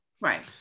Right